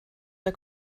der